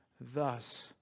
thus